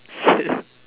shit